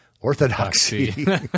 Orthodoxy